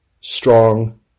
strong